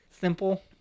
simple